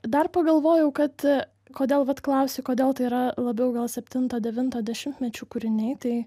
dar pagalvojau kad kodėl vat klausi kodėl tai yra labiau gal septinto devinto dešimtmečio kūriniai tai